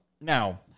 now